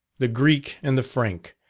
the greek and the frank,